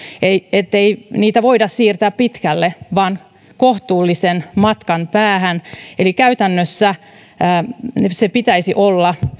ettei niitä voida siirtää pitkälle vaan kohtuullisen matkan päähän eli käytännössä sen pitäisi olla